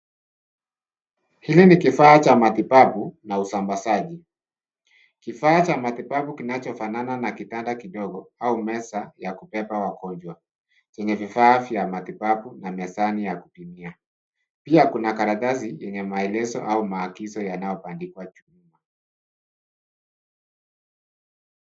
Hili ni kifaa cha matibabu na usambazaji, kifaa cha matibabu kinachofanana na kitanda kidogo au meza ya kubeba wagonjwa, chenye vifaa vya matibabu na mezani ya kupimia. Pia kuna karatasi yenye maelezo au maagizo yanayobandikwa juu.